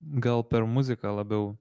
gal per muziką labiau